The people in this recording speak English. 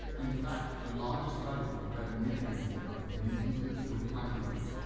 in fact, the largest study to compare the nutrient intake of meat eaters with plant eaters,